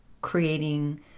creating